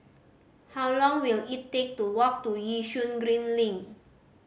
how long will it take to walk to Yishun Green Link